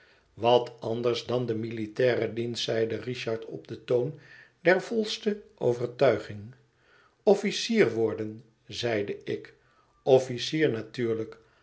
wat anders dan de militaire dienst zeide richard op den toon der volste overtuiging officier worden zeide ik officier natuurlijk